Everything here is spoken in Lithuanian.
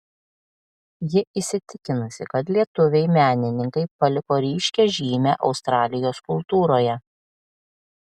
ji įsitikinusi kad lietuviai menininkai paliko ryškią žymę australijos kultūroje